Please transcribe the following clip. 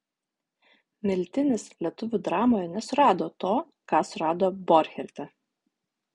miltinis lietuvių dramoje nesurado to ką surado borcherte